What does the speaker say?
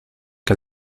que